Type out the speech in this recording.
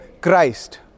Christ